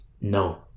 no